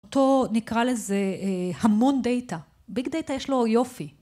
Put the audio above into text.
אותו נקרא לזה המון דאטה, ביג דאטה יש לו יופי.